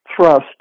thrust